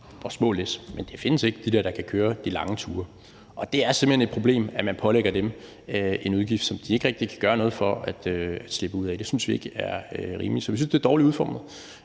og små læs, men der findes ikke de der lastbiler, der kan køre de lange ture. Og det er simpelt hen et problem, at man pålægger dem en udgift, som de ikke rigtig kan gøre noget for at slippe ud af. Det synes vi ikke er rimeligt, så vi synes, det er dårligt udformet,